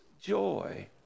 joy